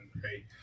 great